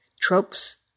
tropes